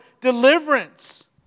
deliverance